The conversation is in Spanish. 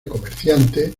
comerciantes